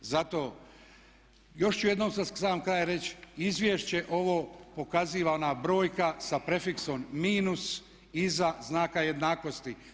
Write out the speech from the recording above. Zato još ću jednom za sam kraj reći izvješće ovo pokazivana brojka sa prefiksom minus iza znaka jednakosti.